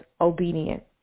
obedient